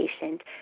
patient